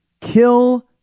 Kill